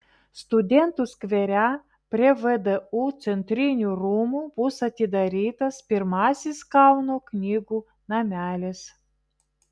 studentų skvere prie vdu centrinių rūmų bus atidarytas pirmasis kauno knygų namelis